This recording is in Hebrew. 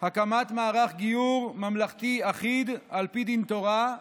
הקמת מערך גיור ממלכתי אחיד, על פי דין תורה,